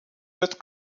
wird